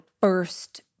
first